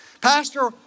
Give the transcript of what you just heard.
Pastor